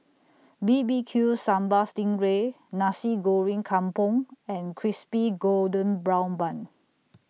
B B Q Sambal Sting Ray Nasi Goreng Kampung and Crispy Golden Brown Bun